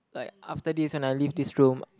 like after this when I leave this room